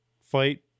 fight